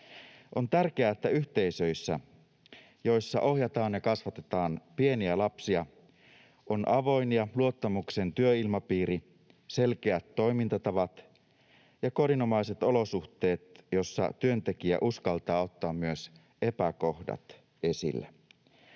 On tärkeää, että yhteisöissä, joissa ohjataan ja kasvatetaan pieniä lapsia, on avoin ja luottamuksen työilmapiiri, selkeät toimintatavat ja kodinomaiset olosuhteet, joissa työntekijä uskaltaa ottaa myös epäkohdat esille.